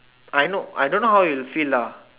I know I don't know how you'll feel lah